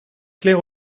clair